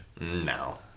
No